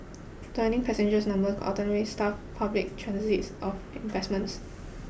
dwindling passengers numbers could ultimately starve public transit of investments